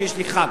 כי יש לי חג.